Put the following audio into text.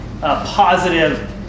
positive